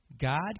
God